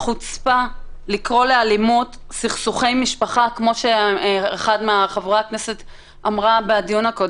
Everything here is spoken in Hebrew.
מרתיח לשמוע שחברי כנסת מעזים לומר כאלה